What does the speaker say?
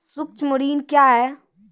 सुक्ष्म ऋण क्या हैं?